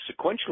sequentially